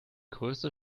größte